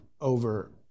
over